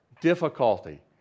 difficulty